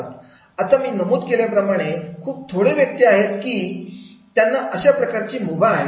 आता मी नमूद केल्याप्रमाणे खूप थोडे व्यक्ती अशी आहेत की त्यांना अशा प्रकारची मुभा आहे